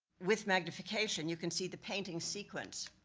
with magnification, you can see the painting sequence.